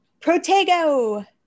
Protego